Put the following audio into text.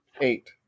Eight